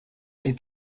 est